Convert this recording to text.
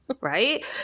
Right